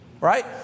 right